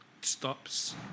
stops